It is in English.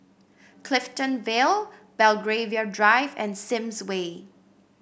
Clifton Vale Belgravia Drive and Sims Way